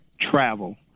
travel